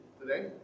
today